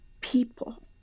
people